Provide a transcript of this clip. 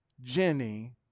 Jenny